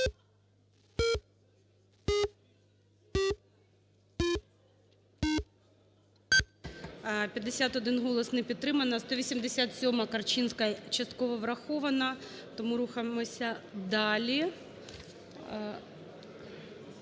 За-51 Не підтримано. 187-а Корчинської частково врахована, тому рухаємося далі.